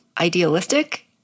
idealistic